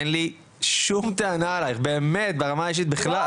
אין לי שום טענה אלייך ברמה האישית בכלל.